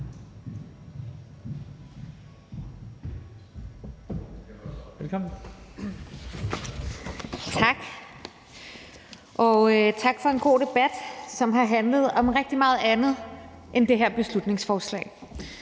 Lund (EL): Tak, og tak for en god debat, som har handlet om rigtig meget andet end det her beslutningsforslag,